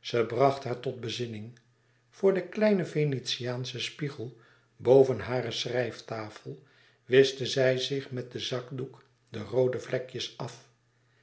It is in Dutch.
ze bracht haar tot bezinning voor den kleinen venetiaanschen spiegel boven hare schrijftafel wischte zij zich met den zakdoek de roode vlekjes af